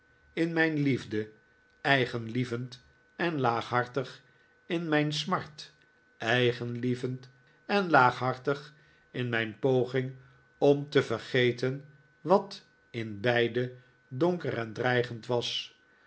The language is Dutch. in mijn liefde eigenlievend en laaghartig in mijn smart eigenlievend en laaghartig in mijn poging om te vergeten wat in beide donker en dreigend was